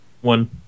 one